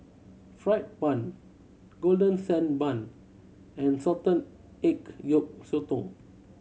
fried bun Golden Sand Bun and salted egg yolk sotong